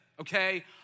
okay